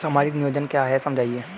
सामाजिक नियोजन क्या है समझाइए?